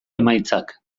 emaitzak